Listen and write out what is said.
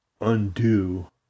undo